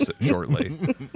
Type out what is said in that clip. shortly